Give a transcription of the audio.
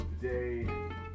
today